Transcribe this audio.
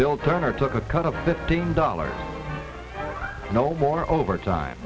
bill turner took a cut of fifteen dollars no more overtime